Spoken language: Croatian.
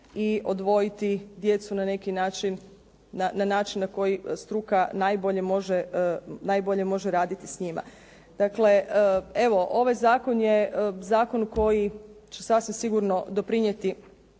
i odvojiti djecu na način na koji struka najbolje može raditi s njima. Dakle, ovaj zakon je zakon koji će sasvim sigurno doprinijeti